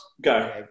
go